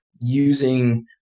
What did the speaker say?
using